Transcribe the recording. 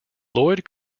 lloyd